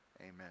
amen